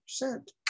percent